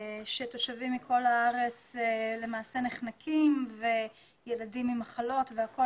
שתושבים מכל הארץ למעשה נחנקים וילדים עם מחלות והכל,